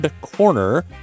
corner